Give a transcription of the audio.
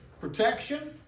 protection